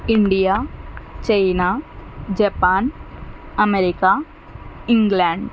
India China Japan America England